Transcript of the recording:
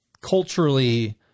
culturally